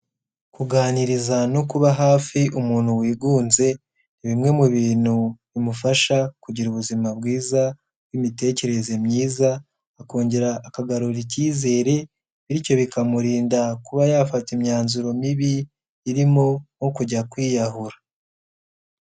Kuganiriza no kuba hafi umuntu wigunze, ni bimwe mu bintu bimufasha kugira ubuzima bwiza, n'imitekerereze myiza akongera akagarura icyizere, bityo bikamurinda kuba yafata imyanzuro mibi, irimo nko kujya kwiyahura.